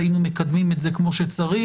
היינו מקדמים את זה כמו שצריך.